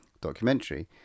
documentary